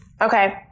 Okay